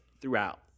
throughout